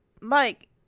Mike